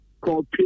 called